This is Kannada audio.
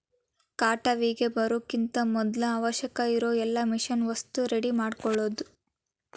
ಕಟಾವಿಗೆ ಬರುಕಿಂತ ಮದ್ಲ ಅವಶ್ಯಕ ಇರು ಎಲ್ಲಾ ಮಿಷನ್ ವಸ್ತು ರೆಡಿ ಮಾಡ್ಕೊಳುದ